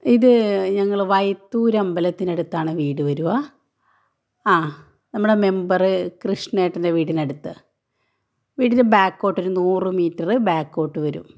ഇത് ഞങ്ങൾ വൈത്തൂര് അമ്പലത്തിനടുത്താണ് വീട് വരുമോ ആ നമ്മുടെ മെമ്പറ് കൃഷ്ണേട്ടൻ്റെ വീടിനടുത്ത് വീടിന്റെ ബാക്കോട്ട് ഒരു നൂറ് മീറ്റര് ബാക്കോട്ട് വരും